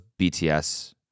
BTS